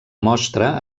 mostra